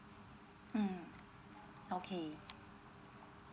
mm okay